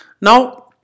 Now